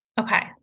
Okay